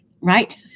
right